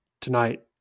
tonight